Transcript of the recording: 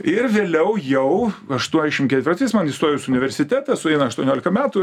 ir vėliau jau aštuoniasdešim ketvirtais man įstojus į universitetą sueina aštuoniolika metų